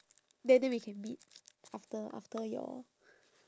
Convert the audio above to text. then then we can meet after after your